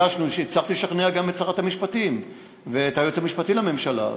הצלחתי לשכנע גם את שרת המשפטים ואת היועץ המשפטי לממשלה.